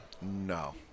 No